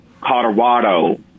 Colorado